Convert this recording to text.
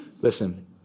Listen